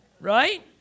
Right